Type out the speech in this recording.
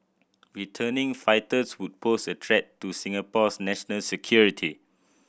returning fighters would pose a threat to Singapore's national security